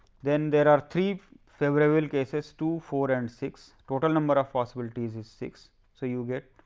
then there are three favourable cases two, four, and six total number of possibility is is six. so, you get